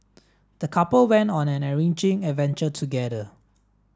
the couple went on an enriching adventure together